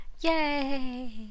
Yay